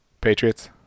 Patriots